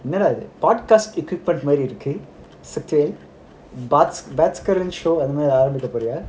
என்னடா இது:ennada idhu Sakthivel show அது மாதிரி ஆரம்பிக்க போறியா:adhu mathiri arambika poriya